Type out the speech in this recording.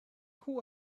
who